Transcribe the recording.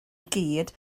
gyd